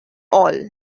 all